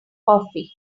coffee